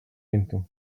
into